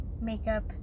makeup